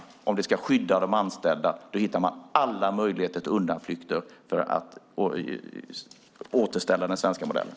Men om det ska skydda de anställda hittar regeringen alla möjligheter till undanflykter när det gäller att återställa den svenska modellen.